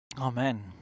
Amen